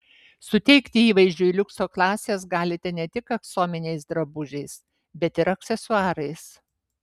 suteikti įvaizdžiui liukso klasės galite ne tik aksominiais drabužiais bet ir aksesuarais